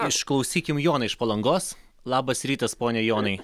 išklausykim joną iš palangos labas rytas pone jonai